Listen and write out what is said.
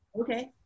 Okay